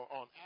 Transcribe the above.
on